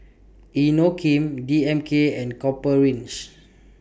Inokim D M K and Copper Ridge